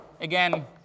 Again